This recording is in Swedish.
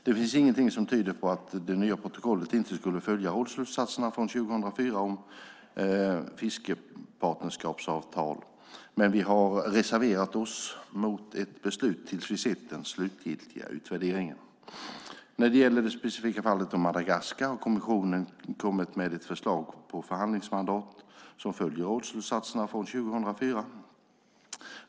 Det finns ingenting som tyder på att det nya protokollet inte skulle följa rådsslutsatserna från 2004 om fiskepartnerskapsavtal, men vi har reserverat oss mot ett beslut tills vi sett den slutgiltiga utvärderingen. När det gäller det specifika fallet med Madagaskar har kommissionen kommit med ett förslag på förhandlingsmandat som följer rådsslutsatserna från 2004.